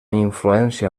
influència